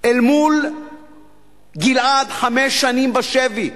אל מול גלעד, חמש שנים בשבי.